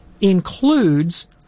includes